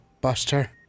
Buster